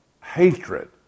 hatred